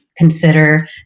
consider